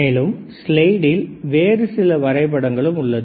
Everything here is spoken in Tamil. மேலும் ஸ்லைடில் வேறுசில வரைபடங்களும் உள்ளது